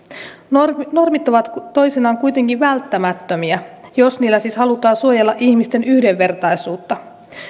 normit normit ovat toisinaan kuitenkin välttämättömiä jos niillä siis halutaan suojella ihmisten yhdenvertaisuutta